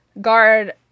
guard